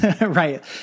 Right